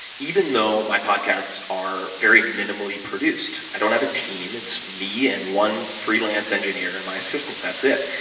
even though my podcasts are very minimally produced. i don't have a team. it's me and one free lane engineer and my assistant, that's it.